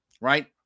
right